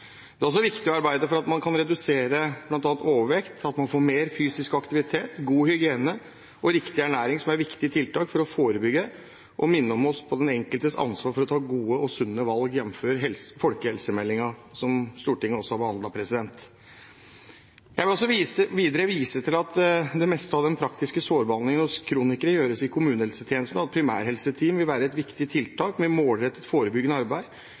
Det er også viktig å arbeide for bl.a. at man kan redusere overvekt, få mer fysisk aktivitet, ha god hygiene og riktig ernæring. Dette er viktige tiltak for å forebygge, og de minner oss på den enkeltes ansvar for å ta gode og sunne valg, jf. folkehelsemeldingen, som Stortinget også har behandlet. Jeg vil videre vise til at det meste av den praktiske sårbehandlingen hos kronikere gjøres i kommunehelsetjenesten, og at primærhelseteam vil være et viktig tiltak med målrettet forebyggende arbeid,